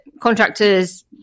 contractors